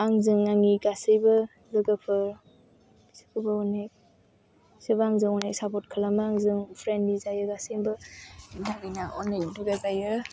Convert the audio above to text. आंजों आंनि गासैबो लोगोफोर बिसोरखौबो अनेक बिसोरबो आंजों अनेक सापर्ट खालामो आंजों फ्रेनलि जायो गासिमबो बेनि थाखाइनो आं अनेक दुगा जायो